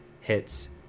hits